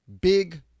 big